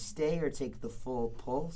stay or take the full pole